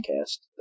cast